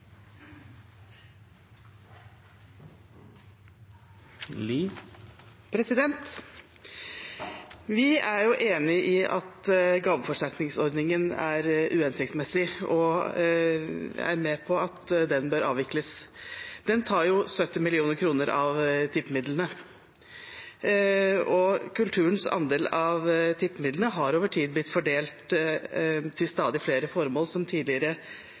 Vi er enig i at gaveforsterkningsordningen er uhensiktsmessig, og vi er med på at den bør avvikles. Den tar jo 70 mill. kr av tippemidlene. Kulturens andel av tippemidlene har over tid blitt fordelt til stadig flere formål som tidligere